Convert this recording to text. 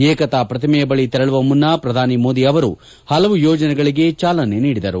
ಏಕತಾ ಪ್ರತಿಮೆಯ ಬಳಿ ತೆರಳುವ ಮುನ್ನ ಪ್ರಧಾನಿ ಮೋದಿ ಅವರು ಹಲವು ಯೋಜನೆಗಳಿಗೆ ಚಾಲನೆ ನೀಡಿದರು